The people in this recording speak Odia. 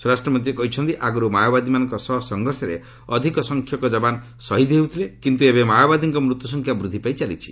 ସ୍ୱରାଷ୍ଟ୍ରମନ୍ତ୍ରୀ କହିଛନ୍ତି ଆଗରୁ ମାଓବାଦୀମାନଙ୍କ ସହ ସଂଘର୍ଷରେ ଅଧିକ ସଂଖ୍ୟକ ଯବାନ ସହିଦ ହେଉଥିଲେ କିନ୍ତୁ ଏବେ ମାଓବାଦୀଙ୍କ ମୃତ୍ୟୁସଂଖ୍ୟା ବୃଦ୍ଧି ପାଇ ଚାଲିଛି